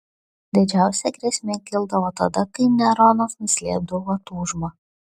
didžiausia grėsmė kildavo tada kai neronas nuslėpdavo tūžmą